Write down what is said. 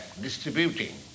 distributing